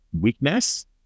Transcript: weakness